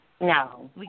No